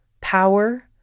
power